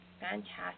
Fantastic